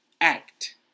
Act